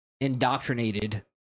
indoctrinated